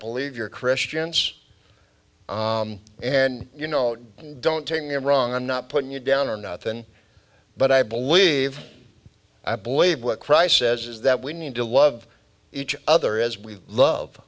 believe you're christians and you know don't tell me i'm wrong i'm not putting you down or not than but i believe i believe what christ says is that we need to love each other as we love